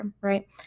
right